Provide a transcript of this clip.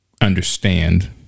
understand